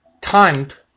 timed